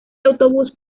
autobús